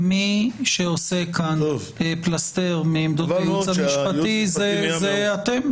מי שעושה כאן פלסתר מעמדות הייעוץ המשפטי זה אתם.